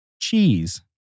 cheese